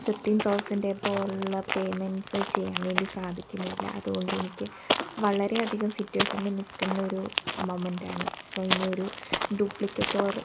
fifteen thousand എബോവുള്ള payments ചെയ്യാൻ വേണ്ടി സാധിക്കുന്നില്ല അതുകൊണ്ട് എനിക്ക് വളരെയധികം സിറ്റുവേഷനിൽ നിൽക്കുന്നൊരു മൊമൻ്റാണ് അപ്പോൾ ഇനിയൊരു ഡൂപ്ലിക്കേറ്റ് ഓർ